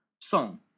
Song